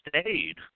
stayed